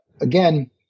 again